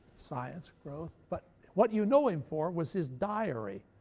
science growth. but what you know him for was his diary,